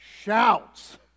shouts